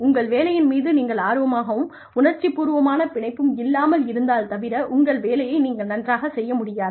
உங்கள் வேலையின் மீது நீங்கள் ஆர்வமாகவும் உணர்ச்சிப்பூர்வமான பிணைப்பும் இல்லாமல் இருந்தால் தவிர உங்கள் வேலையை நீங்கள் நன்றாகச் செய்ய முடியாது